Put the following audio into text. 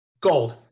Gold